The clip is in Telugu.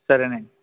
సరేనండి